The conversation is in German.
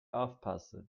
aufpasse